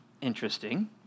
Interesting